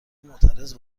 معترض